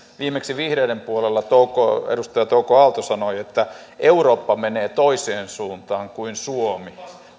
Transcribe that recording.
viimeksi vihreiden puolella edustaja touko aalto sanoi että eurooppa menee toiseen suuntaan kuin suomi